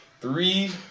Three